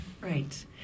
Right